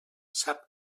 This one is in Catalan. sap